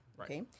okay